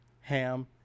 ham